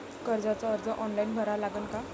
कर्जाचा अर्ज ऑनलाईन भरा लागन का?